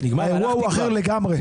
האירוע הוא אחר לגמרי.